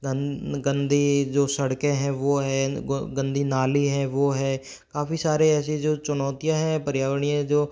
गंद गंदी जो सड़के हैं वह है गंदी नाली है वह है काफ़ी सारे ऐसे जो चुनौतियाँ हैं पर्यावरणीय जो